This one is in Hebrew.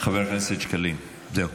חבר הכנסת שקלים, זהו.